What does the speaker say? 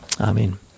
amen